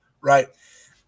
Right